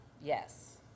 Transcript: Yes